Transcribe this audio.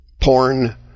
Porn